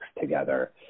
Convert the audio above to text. together